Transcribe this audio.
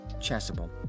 Chasuble